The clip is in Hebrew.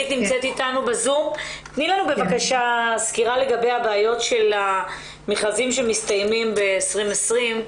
תני לנו בבקשה סיקרה לגבי הבעיות של המכרזים שמסתיימים ב-2020.